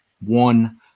one